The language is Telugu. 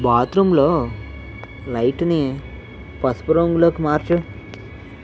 బాత్రూంలో లైటుని పసుపు రంగులోకి మార్చుము